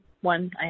one